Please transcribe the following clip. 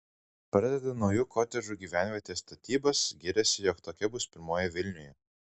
pradeda naujų kotedžų gyvenvietės statybas giriasi jog tokia bus pirmoji vilniuje